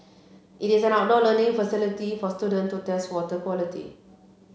it is an outdoor learning facility for student to test water quality